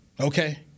Okay